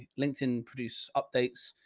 linkedin produce updates,